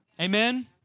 Amen